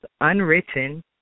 unwritten